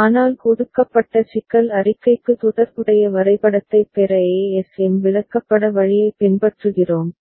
ஆனால் கொடுக்கப்பட்ட சிக்கல் அறிக்கைக்கு தொடர்புடைய வரைபடத்தைப் பெற ASM விளக்கப்பட வழியைப் பின்பற்றுகிறோம்